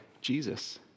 Jesus